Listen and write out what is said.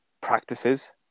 practices